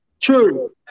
true